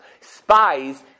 Spies